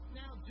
now